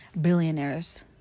billionaires